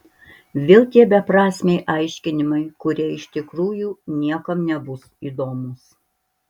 vėl tie beprasmiai aiškinimai kurie iš tikrųjų niekam nebus įdomūs